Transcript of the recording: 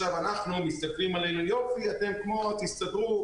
מסתכלים עלינו ואומרים: יופי, אתם תסתדרו.